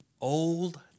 Old